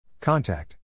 Contact